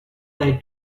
they